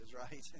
right